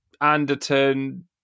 Anderton